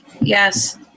Yes